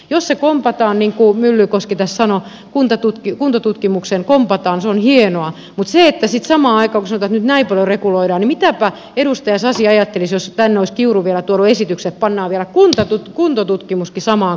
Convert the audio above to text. jos se kompataan niin kuin myllykoski tässä sanoi kuntotutkimukseen se on hienoa mutta kun sitten samaan aikaan sanotaan että nyt näin paljon reguloidaan niin mitäpä edustaja sasi ajattelisi jos tänne olisi kiuru vielä tuonut esityksen että pannaan vielä kuntotutkimuskin samaan kauppaan